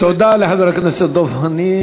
תודה לחבר הכנסת דב חנין.